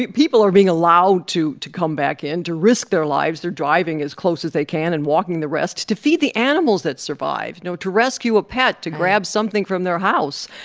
people are being allowed to to come back in to risk their lives they're driving as close as they can and walking the rest to feed the animals that survived, you know, to rescue a pet, to grab something from their house.